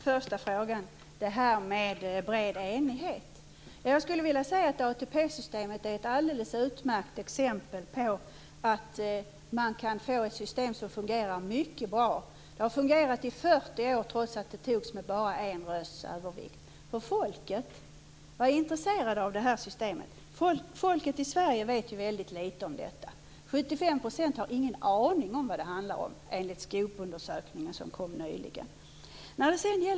Fru talman! Vad gäller den första frågan, om den breda enigheten, skulle jag vilja säga att ATP systemet är ett alldeles utmärkt exempel på att man kan få ett system som fungerar mycket bra. Det har fungerat i 40 år trots att det togs med bara en rösts övervikt. Folket var intresserat av det här systemet. Folket i Sverige vet väldigt litet om detta. Enligt den SKOP-undersökning som kom nyligen har 75 % ingen aning om vad det handlar om.